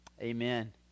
Amen